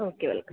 okay welcome